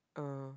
uh